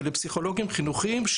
שלפסיכולוגים חינוכיים,